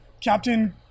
Captain